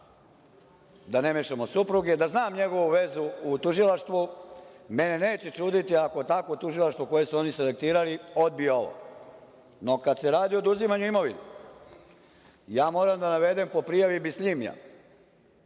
da ne mešamo supruge, znam njegovu vezu u tužilaštvu, mene neće čuditi ako takvo tužilaštvo koje su oni selektirali, odbije ovo.No, kada se radi o oduzimanju imovine, ja moram da navedem po prijavi Bislimija,